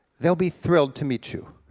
they'll be thrilled to meet you.